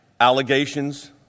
allegations